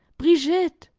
brigitte!